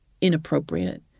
inappropriate